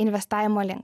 investavimo link